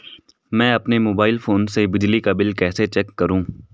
मैं अपने mobile phone से बिजली का बिल कैसे चेक करूं?